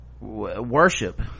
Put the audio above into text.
worship